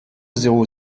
zéro